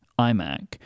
iMac